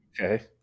Okay